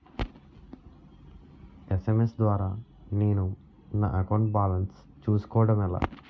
SMS ద్వారా నేను నా అకౌంట్ బాలన్స్ చూసుకోవడం ఎలా?